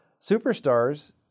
superstars